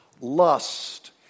lust